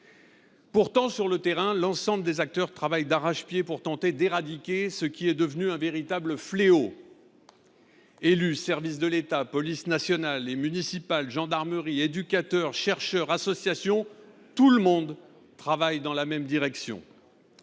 Pourtant, sur le terrain, l’ensemble des acteurs travaillent d’arrache pied pour tenter d’éradiquer ce qui est devenu un véritable fléau. Élus, services de l’État, polices nationale et municipale, gendarmerie, éducateurs, chercheurs, associations : tout le monde travaille dans la même direction.